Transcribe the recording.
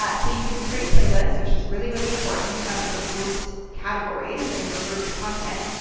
ah so you can create playlists, which is really, really important, of your grouped categories and your grouped content.